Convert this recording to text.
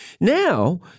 Now